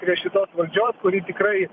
prie šitos valdžios kuri tikrai